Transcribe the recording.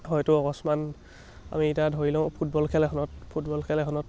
হয়তো অকস্মাত আমি এতিয়া ধৰি লওঁ ফুটবল খেল এখনত ফুটবল খেল এখনত